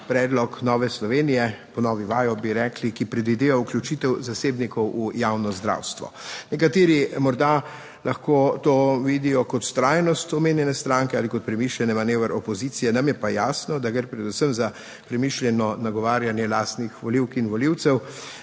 predlog Nove Slovenije, po novi vajo, bi rekli, ki predvideva vključitev zasebnikov v javno zdravstvo. Nekateri morda lahko to vidijo kot vztrajnost omenjene stranke ali kot premišljen manever opozicije, nam je pa jasno, da gre predvsem za premišljeno nagovarjanje lastnih volivk in volivcev